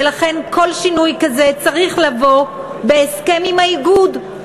ולכן כל שינוי כזה צריך לבוא בהסכם עם האיגוד,